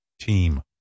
team